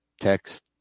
text